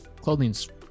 Clothing's